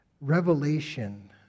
Revelation